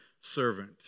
servant